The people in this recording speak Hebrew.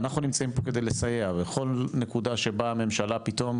אנחנו נמצאים פה כדי לסייע וכל נקודה שבה הממשלה פתאום,